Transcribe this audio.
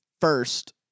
first